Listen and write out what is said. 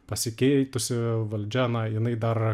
pasikeitusi valdžia na jinai dar